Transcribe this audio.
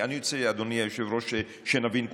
אני רוצה, אדוני היושב-ראש, שנבין כולנו: